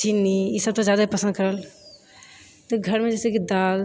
चिन्नी ई सभ तऽ जादा पसन्द करत तऽ घरमे जैसेकि दाल